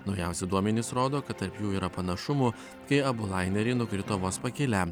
naujausi duomenys rodo kad tarp jų yra panašumų kai abu laineriai nukrito vos pakilę